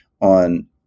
on